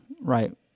right